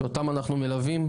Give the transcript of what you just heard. שאותם אנחנו מלווים,